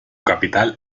capital